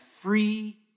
free